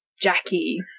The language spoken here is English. Jackie